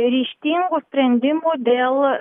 ryžtingų sprendimų dėl